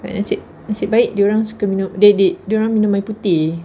nasib nasib baik dia orang suka minum they they dia orang minum air putih